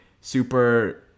super